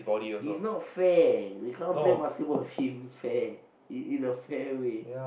it's not fair we can't play basketball with him fair in in a fair way